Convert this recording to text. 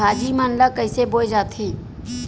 भाजी मन ला कइसे बोए जाथे?